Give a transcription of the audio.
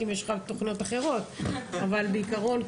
אם יש לך תוכניות אחרות אבל בעיקרון,